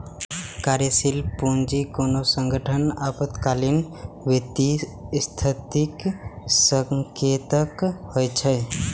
कार्यशील पूंजी कोनो संगठनक अल्पकालिक वित्तीय स्थितिक संकेतक होइ छै